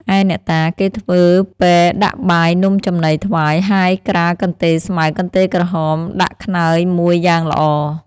ឯអ្នកតា គេធ្វើពែដាក់បាយនំចំណីថ្វាយ ហើយក្រាលកន្ទេលស្មៅ កន្ទេលក្រហម ដាក់ខ្នើយមួយយ៉ាងល្អ